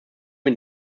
mit